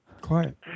Quiet